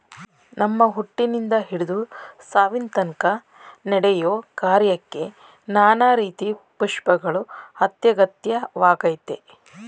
ನಮ್ಮ ಹುಟ್ಟಿನಿಂದ ಹಿಡ್ದು ಸಾವಿನತನ್ಕ ನಡೆಯೋ ಕಾರ್ಯಕ್ಕೆ ನಾನಾ ರೀತಿ ಪುಷ್ಪಗಳು ಅತ್ಯಗತ್ಯವಾಗಯ್ತೆ